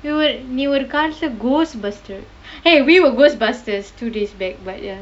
நீ ஒரு காலத்துலே:nee oru kaalatthulae ghostbuster !hey! we were ghostbusters two days back but ya